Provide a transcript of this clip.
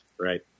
Right